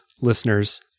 listeners